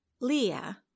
Leah